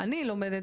מה שאני לומדת,